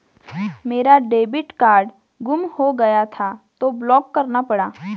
मेरा debit card गुम हो गया था तो ब्लॉक करना पड़ा